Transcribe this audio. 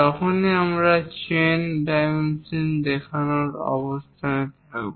তখনই আমরা chain dimensioning দেখানোর অবস্থানে থাকব